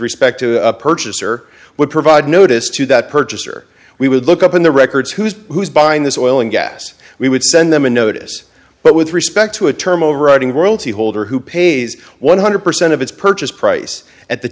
respect to a purchaser would provide notice to that purchaser we would look up in the records who's who's buying this oil and gas we would send them a notice but with respect to a term overriding world holder who pays one hundred percent of its purchase price at the